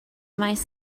maes